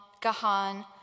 Gahan